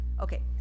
Okay